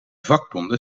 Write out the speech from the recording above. vakbonden